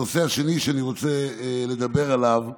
הנושא השני שאני רוצה לדבר עליו,